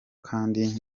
kandi